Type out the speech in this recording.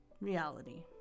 reality